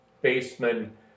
baseman